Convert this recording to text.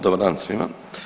Dobar dan svima.